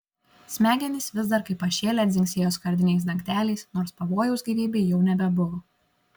smegenys vis dar kaip pašėlę dzingsėjo skardiniais dangteliais nors pavojaus gyvybei jau nebebuvo